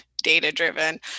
data-driven